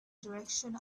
direction